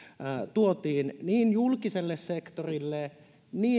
tuotiin niin julkiselle sektorille